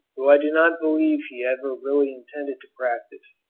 though i do not believe he ever really intended to practise,